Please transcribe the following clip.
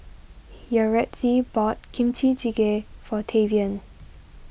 Yaretzi bought Kimchi Jjigae for Tavian